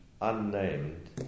unnamed